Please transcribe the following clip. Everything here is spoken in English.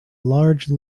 large